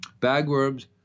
bagworms